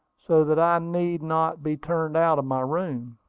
so that i need not be turned out of my room.